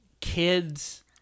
Kids